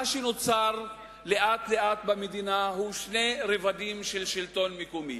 מה שנוצר לאט לאט במדינה הוא שני רבדים של שלטון מקומי: